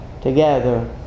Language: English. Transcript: together